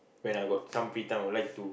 when I got some free time I'll like to